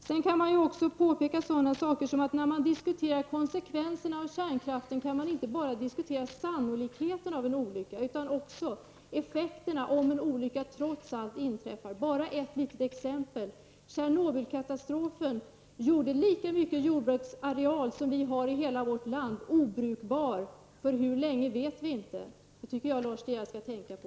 Sedan kan jag även påpeka t.ex. att man, när man diskuterar konsekvenserna av kärnkraften, inte kan diskutera bara sannolikheten av en olycka utan också effekterna om en olycka trots allt inträffar. Jag vill nämna ett exempel. Tjernobylkatastrofen gjorde lika mycket jordbruksareal som vi har i hela vårt land obrukbar, för hur länge vet vi inte. Det tycker jag att Lars De Geer skall tänka på.